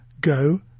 Go